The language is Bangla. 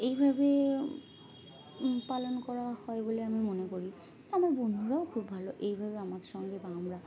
এইভাবে পালন করা হয় বলে আমি মনে করি আমার বন্ধুরাও খুব ভালো এইভাবে আমার সঙ্গে বা আমরা